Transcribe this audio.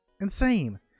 insane